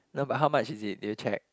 no but how much is it did you check